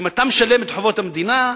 אם אתה משלם את חובות המדינה,